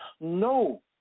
no